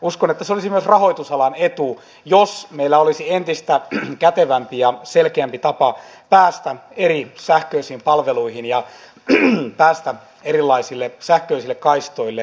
uskon että se olisi myös rahoitusalan etu jos meillä olisi entistä kätevämpi ja selkeämpi tapa päästä eri sähköisiin palveluihin ja päästä erilaisille sähköisille kaistoille